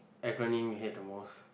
acronym you hate the most